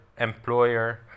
employer